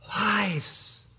lives